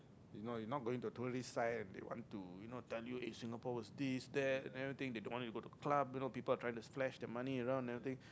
you know you not going to tourist site and they want to you know tell you eh Singapore was this that and everything they don't want you to go to club and you know people are trying to flash the money around and everything